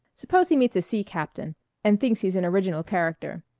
suppose he meets a sea captain and thinks he's an original character.